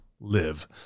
live